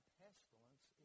pestilence